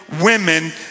women